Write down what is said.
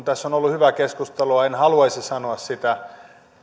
tässä on ollut hyvää keskustelua en haluaisi sanoa sitä